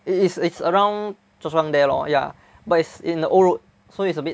it is it's around Chua-Chu-Kang there lor ya but it's in the old road so it's a bit